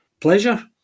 pleasure